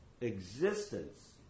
existence